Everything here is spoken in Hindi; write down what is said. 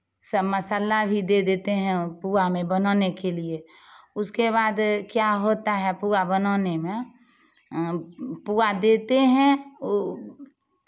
सब मसाला भी दे देते हैं पुआ में बनाने के लिए उसके बाद क्या होता है पुआ बनाने में पुआ देते हैं वो